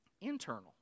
internal